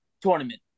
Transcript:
tournament